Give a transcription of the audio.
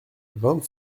vingt